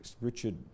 Richard